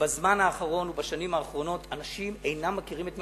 שבזמן האחרון ובשנים האחרונות אנשים אינם מכירים,